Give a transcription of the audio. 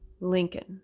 Lincoln